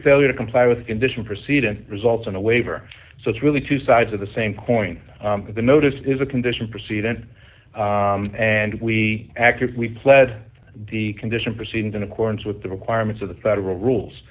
failure to comply with condition proceed and result in a waiver so it's really two sides of the same coin the notice is a condition proceed in and we act if we fled the condition proceeding in accordance with the requirements of the federal rules